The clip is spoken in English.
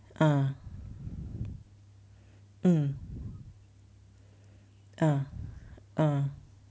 ah mm ah ah